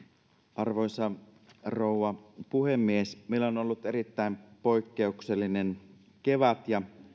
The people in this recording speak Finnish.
arvoisa rouva puhemies meillä on ollut erittäin poikkeuksellinen kevät ja